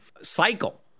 cycle